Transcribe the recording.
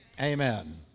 Amen